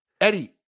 Eddie